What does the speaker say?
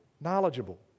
knowledgeable